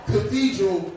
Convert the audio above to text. Cathedral